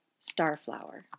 Starflower